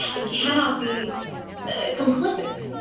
it cannot be complicit.